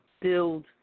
build